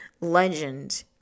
legend